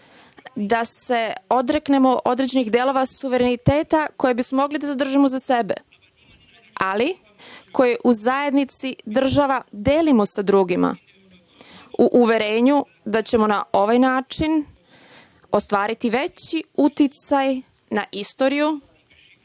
da se odreknemo određenih delova suvereniteta koje bismo mogli da zadržimo za sebe, ali koje u zajednici država delimo sa drugima u uverenju da ćemo na ovaj način ostvariti veći uticaj na istoriju